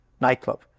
nightclub